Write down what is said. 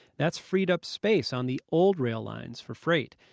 that's freed up space on the old rail lines for freight.